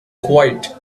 quiet